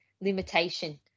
limitation